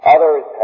Others